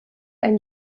ein